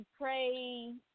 pray